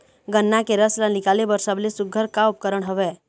गन्ना के रस ला निकाले बर सबले सुघ्घर का उपकरण हवए?